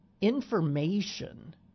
information